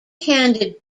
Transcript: handed